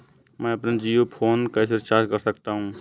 मैं अपना जियो फोन कैसे रिचार्ज कर सकता हूँ?